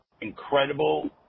incredible